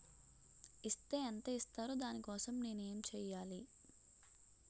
Is తే ఎంత ఇస్తారు దాని కోసం నేను ఎంచ్యేయాలి?